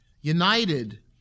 united